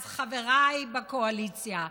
אז חבריי בקואליציה,